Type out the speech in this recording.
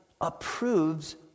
approves